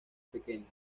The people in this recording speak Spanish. pequeños